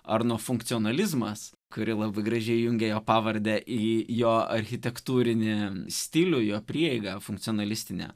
ar nuo funkcionalizmas kuri labai gražiai jungia jo pavardę į jo architektūrinį stilių jo prieigą funkcionalistinę